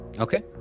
Okay